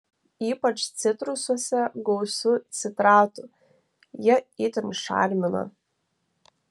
ypač citrusuose gausu citratų jie itin šarmina